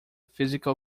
physical